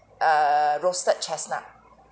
err roasted chestnut